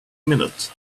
minute